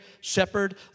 shepherd